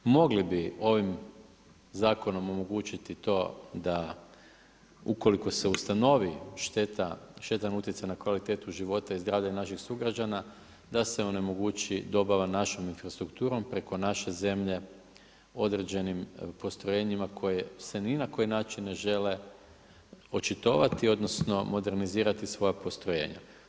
Mogli bi ovim zakonom omogućiti to da ukoliko se ustanovi štetan utjecaj na kvalitetu života i zdravlja naših sugrađana, da se onemogući dobava našom infrastrukturom preko naše zemlje određenim postrojenjima koje se ni na koji način ne žele očitovati, odnosno modernizirati svoja postrojenja.